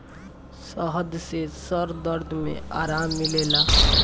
शहद से सर दर्द में आराम मिलेला